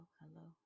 hello